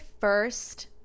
first